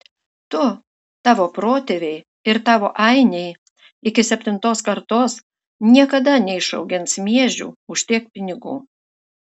tu tavo protėviai ir tavo ainiai iki septintos kartos niekada neišaugins miežių už tiek pinigų